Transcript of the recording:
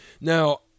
Now